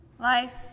Life